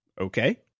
Okay